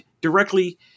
directly